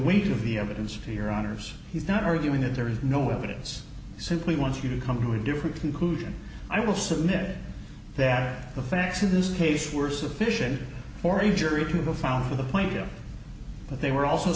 weight of the evidence to your honor's he's not arguing that there is no evidence he simply wants you to come to a different conclusion i will submit that the facts in this case were sufficient for a jury to go found to the point that they were also